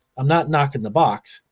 i'm not knocking the box.